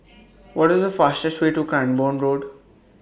What IS The fastest Way to Cranborne Road